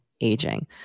aging